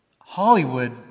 Hollywood